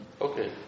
okay